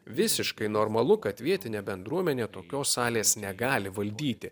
visiškai normalu kad vietinė bendruomene tokios salės negali valdyti